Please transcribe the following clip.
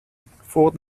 vor